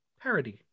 parody